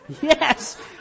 Yes